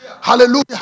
Hallelujah